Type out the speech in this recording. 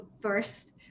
first